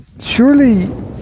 surely